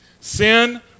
Sin